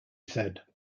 said